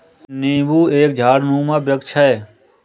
नींबू एक झाड़नुमा वृक्ष है